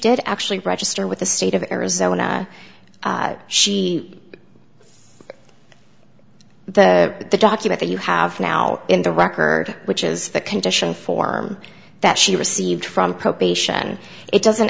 did actually register with the state of arizona she the document you have now in the record which is the condition form that she received from probation it doesn't